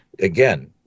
again